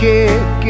Kick